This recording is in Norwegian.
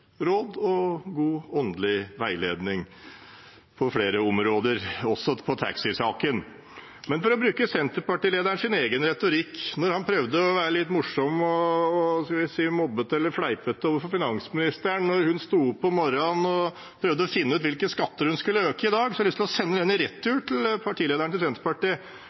råd og god åndelig veiledning på flere områder, også når det gjelder taxisaken. Jeg vil bruke Senterparti-lederens egen retorikk. Han prøvde å være litt morsom og – jeg kan jeg vel si – mobbete eller fleipete overfor den tidligere finansministeren med hensyn til at hun sto opp «om morran» og prøvde å finne ut hvilke skatter hun skulle øke i dag. Jeg har lyst til å sende den i retur til partilederen i Senterpartiet.